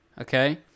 okay